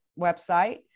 website